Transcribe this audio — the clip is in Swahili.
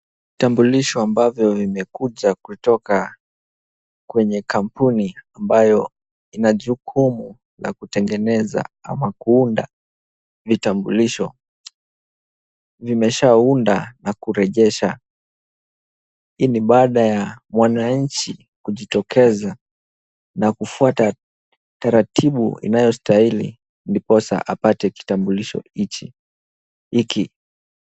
Vitambulisho ambavyo vimekuja kutoka kwenye kampuni ambayo ina jukumu la kutengeneza ama kuunda vitambulisho, vimeshaunda na kurejesha. Hii ni baada ya mwananchi kujitokeza na kufuata taratibu inayostahili ndiposa apate kitambulisho hichi, hiki.